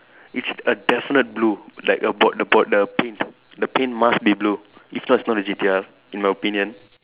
it's a definite blue like about the about the paint the paint must be blue if not it's not a G_T_R in my opinion